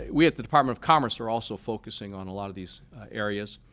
we at the department of commerce are also focusing on a lot of these areas.